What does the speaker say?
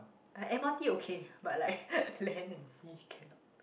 I M_R_T okay but like land and sea cannot